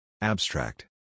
Abstract